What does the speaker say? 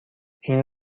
این